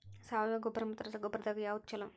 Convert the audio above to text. ಸಾವಯವ ಗೊಬ್ಬರ ಮತ್ತ ರಸಗೊಬ್ಬರದಾಗ ಯಾವದು ಛಲೋ?